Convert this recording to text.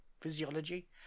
physiology